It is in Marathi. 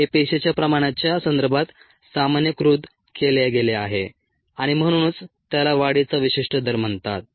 हे पेशीच्या प्रमाणाच्या संदर्भात सामान्यीकृत केले गेले आहे आणि म्हणूनच त्याला वाढीचा विशिष्ट दर म्हणतात